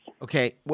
Okay